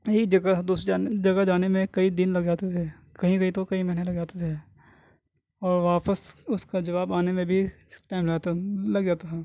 ایک جگہ سے دوسری جگہ جانے میں کئی دن لگ جاتے تھے کہیں کہیں تو کئی مہیںے لگ جاتے تھے اور واپس اس کا جواب آنے میں بھی ٹائم لگ جاتا لگ جاتا تھا